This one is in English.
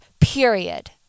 period